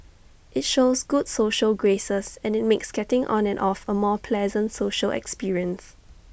IT shows good social graces and IT makes getting on and off A more pleasant social experience